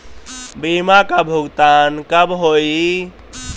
बीमा का भुगतान कब होइ?